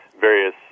various